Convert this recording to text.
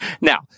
now